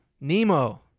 Nemo